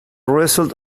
result